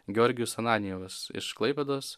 georgijus ananjevas iš klaipėdos